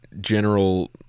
general